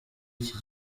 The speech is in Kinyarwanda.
iki